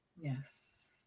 yes